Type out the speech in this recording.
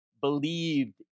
Believed